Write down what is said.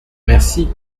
merci